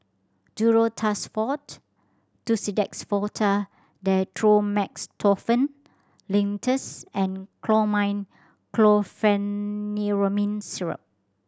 Duro Tuss Forte Tussidex Forte Dextromethorphan Linctus and Chlormine Chlorpheniramine Syrup